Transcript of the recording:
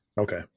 Okay